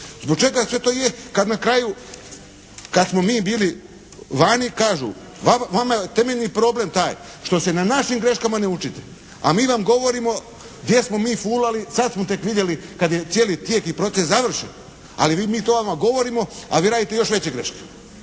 Zbog čega sve to je kad na kraju, kad smo mi bili vani kažu vama je temeljni problem taj što se na našim greškama ne učite, a mi vam govorimo gdje smo mi fulali. Sad smo tek vidjeli kad je cijeli tijek i proces završen. Ali mi to vama govorimo, a vi radite još veće greške.